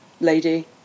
lady